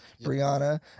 Brianna